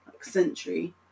century